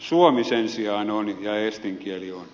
suomi sen sijaan on ja eestin kieli on